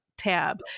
tab